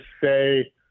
say